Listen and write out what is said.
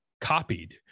copied